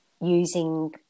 using